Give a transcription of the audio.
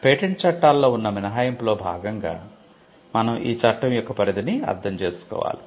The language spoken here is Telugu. పేటెంట్ చట్టాలలో ఉన్న మినహాయింపులో భాగంగా మనం ఈ చట్టం యొక్క పరిధిని అర్థం చేసుకోవాలి